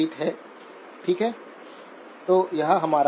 RLviVGStotalVGS0vi VT है